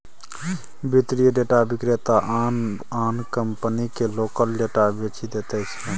वित्तीय डेटा विक्रेता आन आन कंपनीकेँ लोकक डेटा बेचि दैत छै